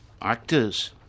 Actors